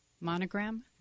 Monogram